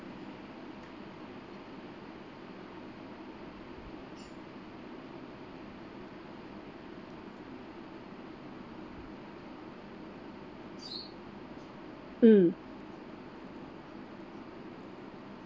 mm